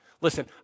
Listen